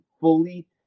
fully